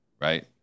right